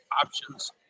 options